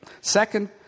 Second